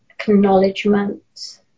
acknowledgement